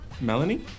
Melanie